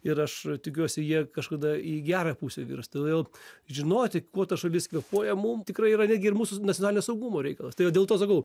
ir aš tikiuosi jie kažkada į gerą pusę virs todėl žinoti kuo ta šalis kvėpuoja mum tikrai yra netgi ir mūsų nacionalinio saugumo reikalas tai va dėl to sakau